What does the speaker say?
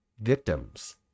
victims